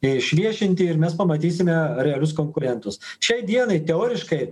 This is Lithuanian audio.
išviešinti ir mes pamatysime realius konkurentus šiai dienai teoriškai